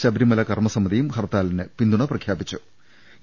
ശബരിമല കർമസമിതിയും ഹർത്താലിന് പിന്തുണ പ്രഖ്യാപിച്ചിട്ടുണ്ട്